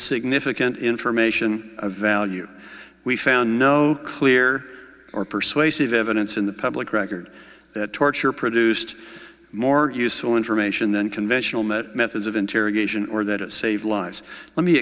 significant information of value we found no clear or persuasive evidence in the public record that torture produced more useful information than conventional met methods of interrogation or that it saved lives let me